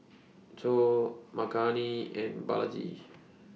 Choor Makineni and Balaji